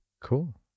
cool